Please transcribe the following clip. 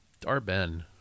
Darben